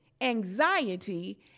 anxiety